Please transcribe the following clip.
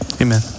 Amen